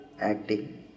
Acting